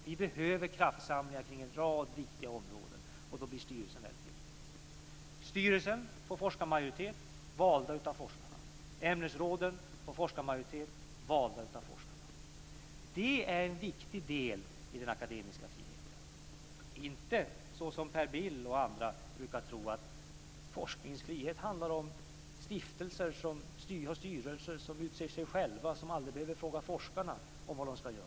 Vi behöver kraftsamlingar kring en rad viktiga områden, och då blir styrelsen väldigt viktig. Ämnesråden får forskarmajoritet, valda av forskarna. Det är en viktig del i den akademiska friheten. Inte, som Per Bill och andra brukar tro, att forskningsfrihet handlar om stiftelser som har styrelser som utser sig själva och som aldrig behöver fråga forskarna vad de ska göra.